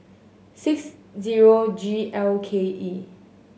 six zero G L K E